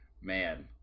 man